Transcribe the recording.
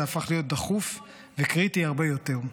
זה הפך להיות דחוף וקריטי הרבה יותר.